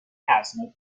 ترسناک